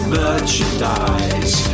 merchandise